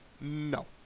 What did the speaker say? No